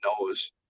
knows